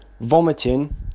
vomiting